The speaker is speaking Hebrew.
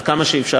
עד כמה שאפשר,